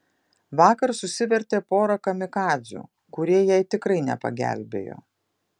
vakar susivertė porą kamikadzių kurie jai tikrai nepagelbėjo